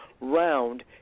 round